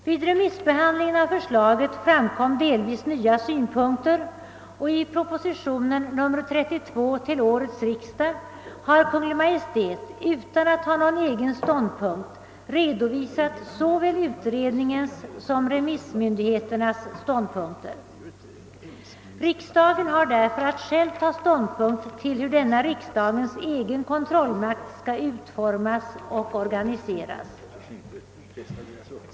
Vid remissbehandlingen av förslaget framkom delvis nya synpunkter och i proposition nr 32 till årets riksdag har Kungl. Maj:t, utan att ta någon egen ståndpunkt, redovisat såväl utredningens som remissmyndigheternas ståndpunkter. Riksdagen har därför att själv ta ställning till hur denna riksdagens egen kontrollmakt skall utformas och organiseras.